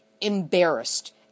embarrassed